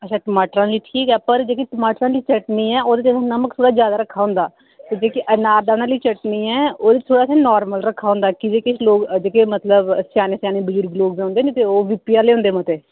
अच्छा टमाटरे आह्ली ठीक ऐ पर जेह्की टमाटरे आह्ली चटनी ऐ ओहदे च असें नमक ज्यादा रक्खे दा होंदा जेह्की आनार दाने आहली चटनी ऐ ओहदे च थोह्ड़ा असें नार्मल रक्खे दा होंदा कि'यां के किश लोक जेके मतलब स्याने स्याने बजुर्ग लोक औंदे औह् बी पी आहले होंदे मते